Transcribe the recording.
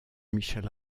michel